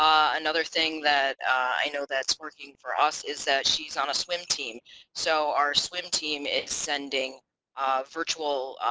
um another thing that i know that's working for us is that she's on a swim team so our swim team is sending virtual